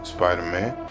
Spider-Man